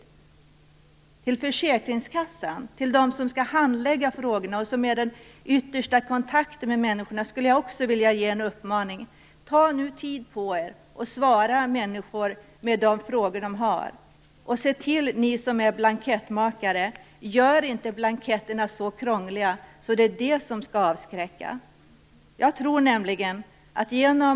Också till dem som på försäkringskassorna skall handlägga frågorna, till dem som är den yttersta kontakten med människorna, skulle jag vilja ge en uppmaning: Ta nu tid på er och svara på de frågor som människor har! Och ni som är blankettmakare, se till att inte göra blanketterna så krångliga att de blir avskräckande!